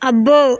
అబ్బో